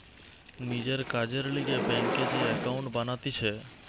নিজের কাজের লিগে ব্যাংকে যে একাউন্ট বানাতিছে